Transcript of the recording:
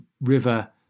river